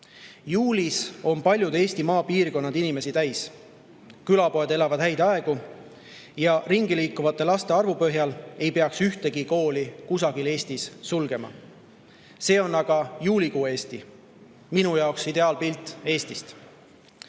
Juulis on paljud Eesti maapiirkonnad inimesi täis. Külapoed elavad häid aegu ja ringi liikuvate laste arvu põhjal otsustades ei peaks kusagil Eestis ühtegi kooli sulgema. See on aga juulikuu Eesti, minu jaoks ideaalpilt Eestist.